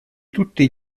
tutti